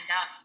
up